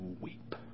weep